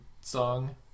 song